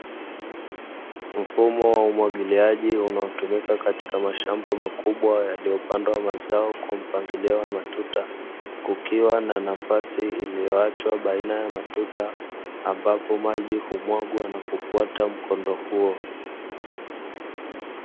Mfumo wa umwagiliaji unaotumika katika mashamba makubwa yaliyopandwa mazao kwa mpangilio wa matuta, kukiwa na nafasi iliyoachwa baina ya matuta, ambapo maji humwagwa na kufuata mkondo huo.